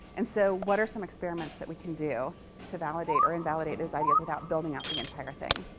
and so what are some experiments that we can do to validate or invalidate those ideas without building out the entire thing?